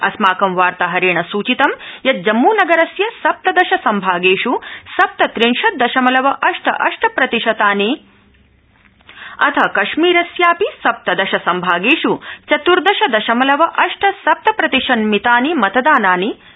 अस्माकं वार्ताहरण्ञ सूचितं यत् जम्मूनगरस्य सप्तदश संभागष्ट्री सप्तत्रिशत् दशमलव अष्ट अष्ट प्रतिशतानि अथ कश्मीरस्यापि सप्तदश सम्भागप्रीचतुर्दश दशमलव अष्ट सप्त प्रतिशन्मितानि मतदानानि संजातानि